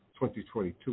2022